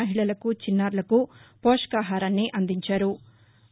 మహిళలకు చిన్నారులకు పోషకాహారాన్ని అందించారు